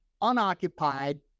unoccupied